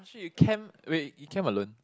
!wah shit! you camp wait you camp alone